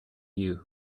you